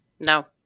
no